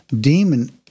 demon